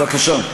בבקשה.